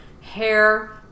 hair